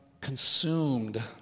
consumed